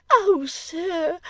oh sir!